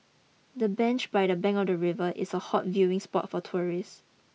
the bench by the bank of the river is a hot viewing spot for tourist